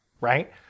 right